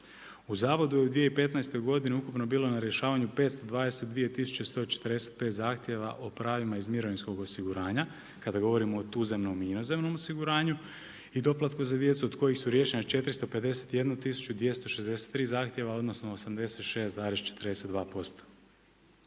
U zavodu je u 2015. godini ukupno bilo na rješavanju 522 tisuće 145 zahtjeva o pravima iz mirovinskog osiguranja kada govorimo o tuzemnom i inozemnom osiguranju i doplatku za djecu od kojih su riješene 451 tisuću 263 zahtjeva odnosno 86,42%.